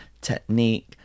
technique